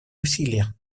усилия